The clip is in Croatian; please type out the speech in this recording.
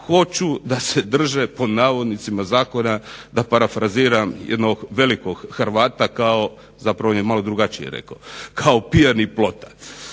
hoću da se drže pod navodnicima zakona da parafraziram jednog velikog Hrvata kao, zapravo on je malo drugačije rekao, kao pijani plota.